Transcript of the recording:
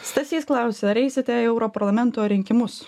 stasys klausė ar eisite į europarlamento rinkimus